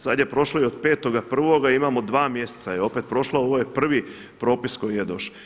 Sada je prošlo i od 5.1. imamo dva mjeseca je opet prošlo a ovo je prvi propis koji je došao.